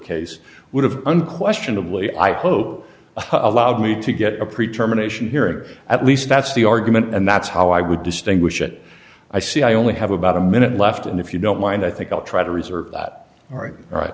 case would have unquestionably i hope a loud me to get a pre term anation here or at least that's the argument and that's how i would distinguish it i see i only have about a minute left and if you don't mind i think i'll try to reserve that right right